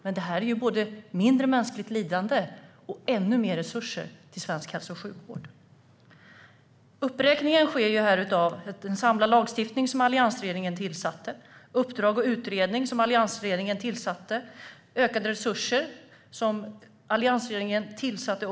Men detta ger mindre mänskligt lidande och ännu mer resurser till svensk hälso-och sjukvård. Det görs en uppräkning av samlad lagstiftning, som alliansregeringen tillsatte, uppdrag och utredning, som alliansregeringen tillsatte, och ökade resurser, som alliansregeringen tillsatte.